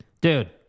Dude